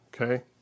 Okay